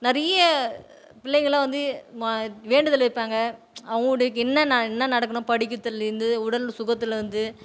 நிறைய பிள்ளைகள்லாம் வந்து மா வேண்டுதல் வைப்பாங்க அவங்குடைய என்ன என்ன நடக்கணும் படிக்கத்திலேந்து உடல் சுகத்துலேருந்து